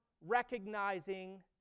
recognizing